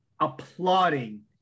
applauding